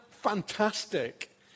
fantastic